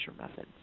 method